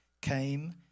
came